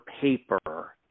paper